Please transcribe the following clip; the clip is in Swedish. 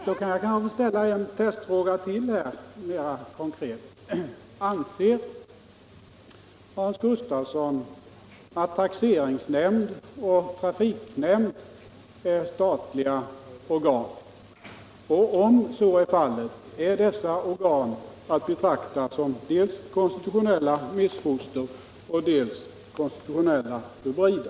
Då kan jag kanske få ställa ännu en testfråga mera konkret: Anser Hans Gustafsson att taxeringsnämnd och trafiknämnd är statliga organ? Om så är fallet, är dessa organ att betrakta som dels konstitutionella missfoster, dels konstitutionella hybrider?